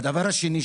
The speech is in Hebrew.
והדבר השני,